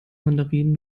mandarinen